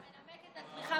כבוד השר,